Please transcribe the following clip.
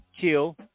kill